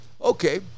Okay